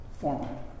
formal